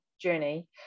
Journey